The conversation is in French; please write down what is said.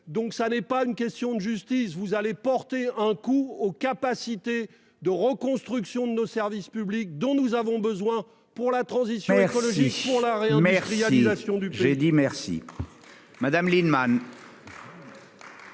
pose n'est pas une question de justice. Vous allez porter un coup aux capacités de reconstruction de nos services publics, dont nous avons besoin pour la transition écologique et la réindustrialisation du pays. La parole est à Mme Marie-Noëlle Lienemann,